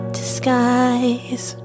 disguise